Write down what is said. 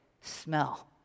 smell